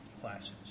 classes